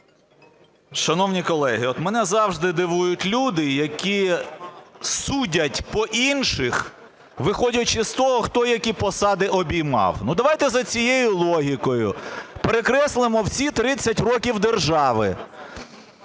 Шановні колеги, мене завжди дивують люди, які судять по інших, виходячи з того, хто які посади обіймав. Ну, давайте за цією логікою перекреслимо всі 30 років держави: